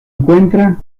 encuentra